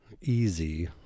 easy